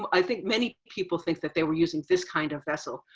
i think many people think that they were using this kind of vessel,